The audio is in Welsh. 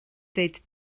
ddweud